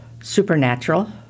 supernatural